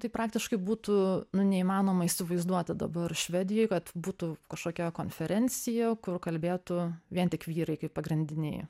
tai praktiškai būtų nu neįmanoma įsivaizduoti dabar švedijoj kad būtų kažkokia konferencija kur kalbėtų vien tik vyrai kaip pagrindiniai